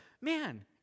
Man